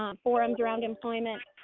um forums around employment,